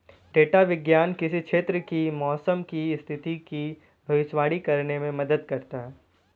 data विज्ञान किसी क्षेत्र की मौसम की स्थिति की भविष्यवाणी करने में मदद करता है